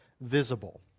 visible